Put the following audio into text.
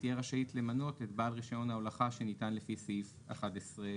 היא תהיה רשאית למנות את בעל רישיון ההולכה שניתן לפי סעיף 11(א).